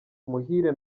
muhire